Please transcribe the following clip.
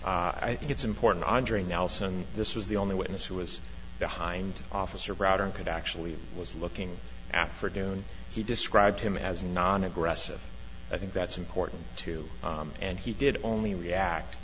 look i think it's important andre nelson this was the only witness who was behind officer brodeur and could actually was looking after june he described him as non aggressive i think that's important too and he did only react